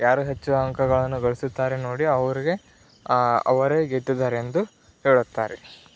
ಯಾರು ಹೆಚ್ಚು ಅಂಕಗಳನ್ನು ಗಳಿಸುತ್ತಾರೆ ನೋಡಿ ಅವ್ರಿಗೆ ಅವರೇ ಗೆದ್ದಿದ್ದಾರೆ ಎಂದು ಹೇಳುತ್ತಾರೆ